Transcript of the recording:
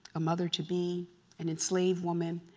a mother to be an enslaved woman,